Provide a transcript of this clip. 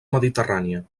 mediterrània